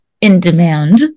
in-demand